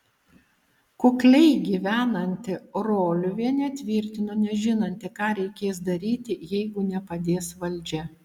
kukliai gyvenanti roliuvienė tvirtino nežinanti ką reikės daryti jeigu nepadės valdžia